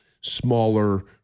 smaller